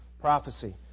prophecy